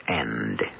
end